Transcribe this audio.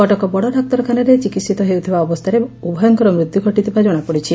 କଟକ ବଡଡାକ୍ତରଖାନାରେ ଚିକିିିତ ହେଉଥିବା ଅବସ୍ଷାରେ ଉଭୟଙ୍କର ମୃତ୍ଧୁ ଘଟିଥିବା ଜଣାପଡିଛି